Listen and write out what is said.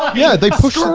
yeah they push them in.